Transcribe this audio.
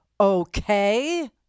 okay